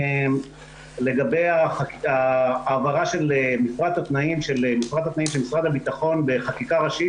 לגבי ההעברה של מפרט התנאים של משרד הביטחון בחקיקה ראשית,